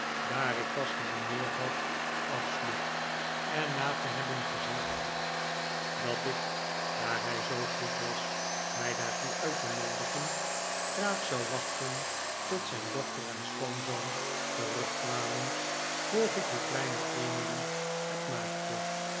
daar ik pas gedineerd had afsloeg en na te hebben gezegd dat ik daar hij zoo goed was mij daartoe uit te noodigen graag zou wachten tot zijn dochter en schoonzoon terugkwamen vroeg ik hoe kleine emily het maakte